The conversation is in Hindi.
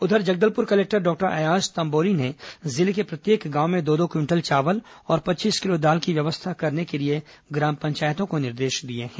उधर जगदलपुर कलेक्टर डॉक्टर अय्याज तम्बोली ने जिले के प्रत्येक गांव में दो दो क्विंटल चावल और पच्चीस किलो दाल की व्यवस्था करने के लिए ग्राम पंचायतों को निर्देश दिए हैं